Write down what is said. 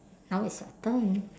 now it's your turn